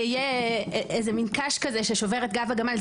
זה יהיה מין איזה קש כזה ששובר את גב הגמל,